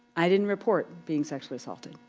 i didn't report being sexually assaulted.